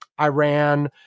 Iran